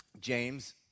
james